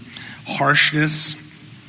harshness